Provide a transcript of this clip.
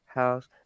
house